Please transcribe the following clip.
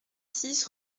six